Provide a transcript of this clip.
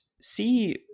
see